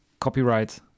copyright